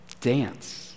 dance